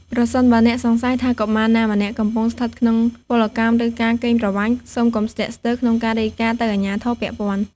ប្រសិនបើអ្នកសង្ស័យថាកុមារណាម្នាក់កំពុងស្ថិតក្នុងពលកម្ម ឬការកេងប្រវ័ញ្ច សូមកុំស្ទាក់ស្ទើរក្នុងការរាយការណ៍ទៅអាជ្ញាធរពាក់ព័ន្ធ។